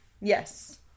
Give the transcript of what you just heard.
Yes